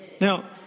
Now